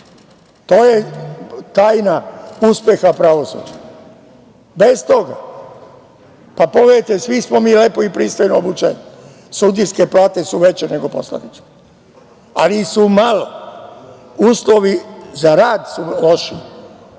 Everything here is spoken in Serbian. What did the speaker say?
To je tajna uspeha pravosuđa. Bez toga pogledajte, svi smo mi lepo i pristojno obučeni, sudijske plate su veće nego poslaničke, ali su male. Uslovi za rad su loši.